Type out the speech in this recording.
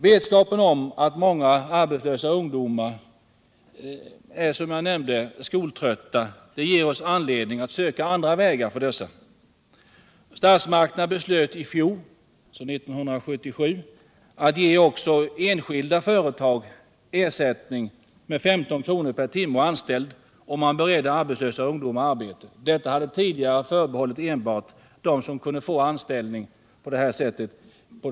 Vetskapen om att många arbetslösa ungdomar är skoltrötta ger oss anledning att söka andra vägar för dessa. Statsmakterna beslöt i fjol att ge också enskilda företag ersättning med 15 kr. per timme och anställd i den utsträckning man beredde arbetslösa ungdomar arbete. Detta hade tidigare förbehållits enbart den offentliga sektorn.